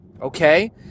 okay